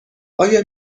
آیا